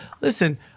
Listen